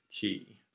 key